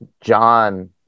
John